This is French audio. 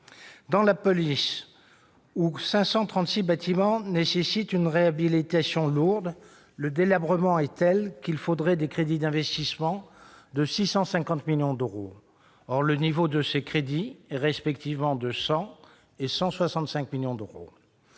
Dans la police, où 536 bâtiments nécessitent une réhabilitation lourde, le délabrement est tel qu'il faudrait des crédits d'investissement à hauteur de 650 millions d'euros. Or, le niveau de ces crédits est respectivement de 100 millions d'euros